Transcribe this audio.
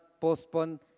postpone